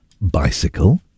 Bicycle